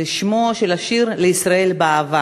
ושמו של השיר: לישראל באהבה.